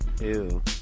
Ew